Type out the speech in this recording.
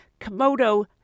Komodo